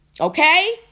Okay